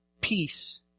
peace